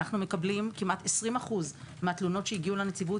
כמעט 20% מהתלונות שהגיעו לנציבות,